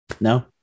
no